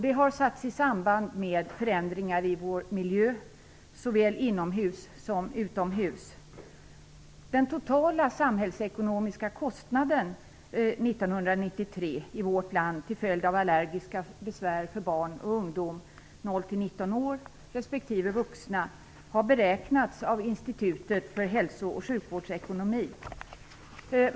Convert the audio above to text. Det har satts i samband med förändringar i vår miljö såväl inomhus som utomhus. Den totala samhällsekonomiska kostnaden 1993 i vårt land till följd av allergiska besvär för barn och ungdom 0-19 år respektive vuxna har beräknats av Institutet för hälso och sjukvårdsekonomi.